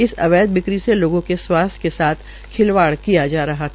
इस अवैध बिक्री से लोगों के स्वास्थ्य के साथ खिलवाड़ हो रहा है